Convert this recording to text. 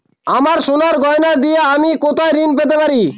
আমার সোনার গয়নার দিয়ে আমি কোথায় ঋণ পেতে পারি?